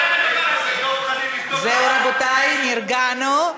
זהו, רבותי, נרגענו?